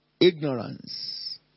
ignorance